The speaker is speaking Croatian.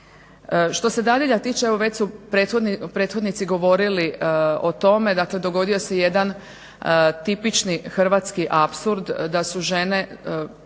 Što se dadilja tiče evo već su prethodnici govorili o tome. Dakle, dogodio se jedan tipični hrvatski apsurd da su žene,